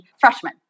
freshmen